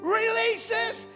releases